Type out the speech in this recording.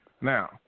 Now